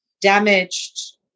damaged